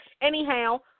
Anyhow